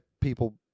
people